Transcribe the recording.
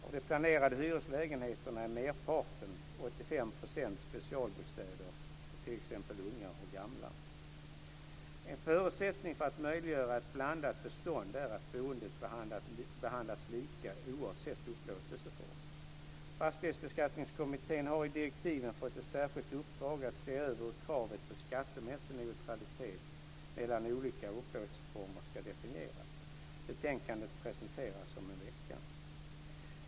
Av de planerade hyreslägenheterna är merparten, 85 %, specialbostäder för t.ex. unga och gamla. En förutsättning för att möjliggöra ett blandat bestånd är att boendet behandlas lika oavsett upplåtelseform. Fastighetsbeskattningskommittén har i direktiven fått ett särskilt uppdrag att se över hur kravet på skattemässig neutralitet mellan olika upplåtelseformer ska definieras. Betänkandet presenteras om en vecka.